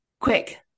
Quick